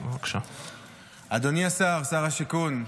אדוני שר השיכון,